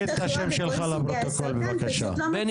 סוגי הסרטן פשוט לא